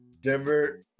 Denver